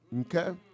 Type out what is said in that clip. okay